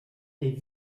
est